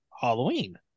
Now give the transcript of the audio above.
Halloween